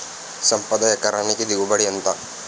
సంపద ఎకరానికి దిగుబడి ఎంత?